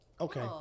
Okay